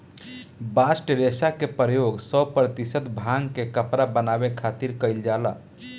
bast रेशा के प्रयोग सौ प्रतिशत भांग के कपड़ा बनावे खातिर कईल जाला